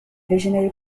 visionary